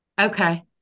Okay